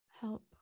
Help